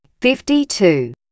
Fifty-two